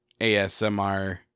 ASMR